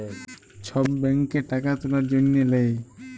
ছব ব্যাংকে টাকা তুলার জ্যনহে লেই